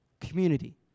community